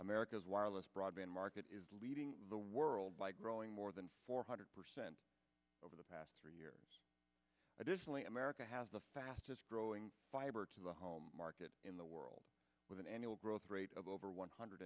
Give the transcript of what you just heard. america's wireless broadband market is leading the world by growing more than four hundred percent over the past three years additionally america has the fastest growing fiber to the home market in the world with an annual growth rate of over one hundred